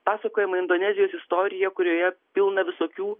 pasakojama indonezijos istorija kurioje pilna visokių